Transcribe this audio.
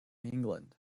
england